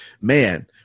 man